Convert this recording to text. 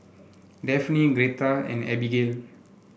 Dafne Greta and Abigail